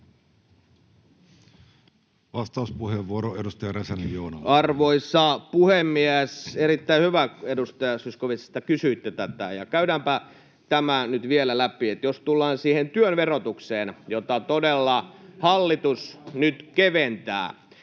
Vastauspuheenvuoro, edustaja Räsänen, Joona. Arvoisa puhemies! Erittäin hyvä, edustaja Zyskowicz, että kysyitte tätä, ja käydäänpä tämä nyt vielä läpi. Jos tullaan siihen työn verotukseen, [Mauri Peltokangas: